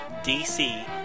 DC